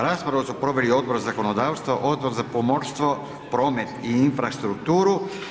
Raspravu su proveli Odbor za zakonodavstvo, Odbor za pomorstvo, promet i infrastrukturu.